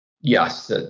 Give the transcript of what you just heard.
Yes